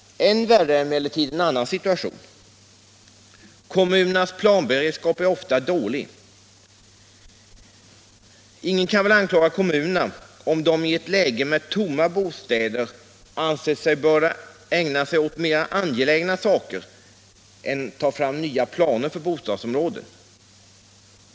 Än värre är emellertid en annan situation. Kommunernas planberedskap är ofta dålig. Ingen kan väl anklaga kommunerna om de i ett läge med tomma bostäder anser sig böra ägna sig åt mera angelägna uppgifter än att ta fram nya planer för bostadsområden.